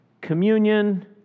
communion